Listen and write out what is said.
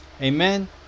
Amen